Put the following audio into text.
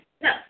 No